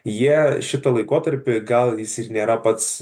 jie šitą laikotarpį gal jis ir nėra pats